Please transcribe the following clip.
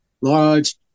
Large